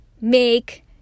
make